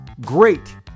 great